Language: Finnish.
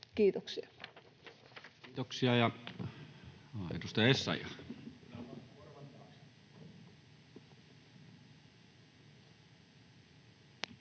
Kiitoksia. — Edustaja Essayah.